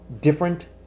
different